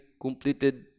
completed